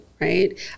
Right